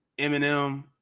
Eminem